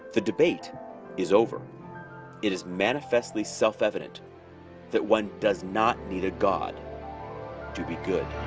the debate is over it is manifestly self-evident that one does not need a god to be good